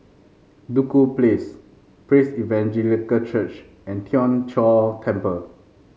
Duku Place Praise Evangelical Church and Tien Chor Temple